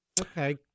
Okay